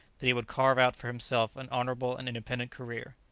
that he would carve out for himself an honourable and independent career.